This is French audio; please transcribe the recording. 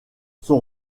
son